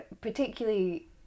particularly